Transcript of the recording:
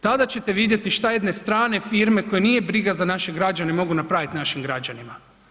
Tada ćete vidjeti što jedne strane firme koje nije briga za naše građane mogu napraviti našim građanima.